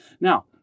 Now